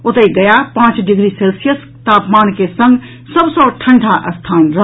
ओतहि गया पांच degree Celsius तापमान के संग सबसॅ ठंडा स्थान रहल